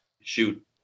shoot